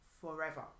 forever